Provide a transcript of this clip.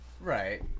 Right